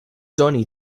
doni